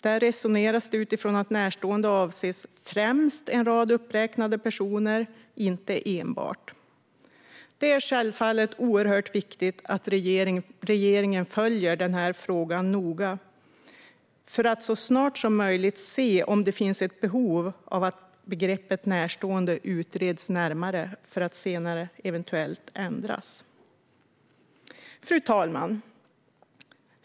Där resoneras det utifrån att närstående främst, men inte enbart, avser en rad uppräknade personer. Det är självfallet oerhört viktigt att regeringen följer denna fråga noga för att så snart som möjligt se om det finns ett behov av att begreppet "närstående" utreds närmare för att senare eventuellt ändras. Fru talman!